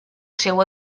seu